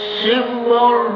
symbol